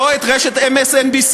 או את רשת MSNBC,